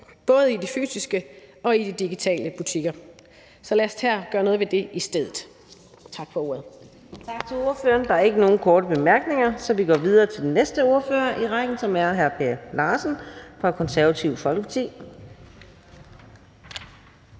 både i de fysiske og i de digitale butikker. Så lad os tage at gøre noget ved det i stedet. Tak for ordet.